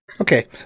Okay